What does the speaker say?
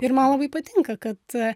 ir man labai patinka kad